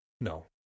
no